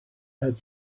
had